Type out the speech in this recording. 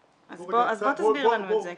אז בוא תסביר לנו את זה,